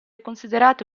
considerate